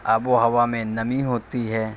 آب و ہوا میں نمی ہوتی ہے